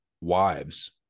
wives